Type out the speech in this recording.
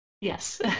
Yes